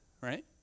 right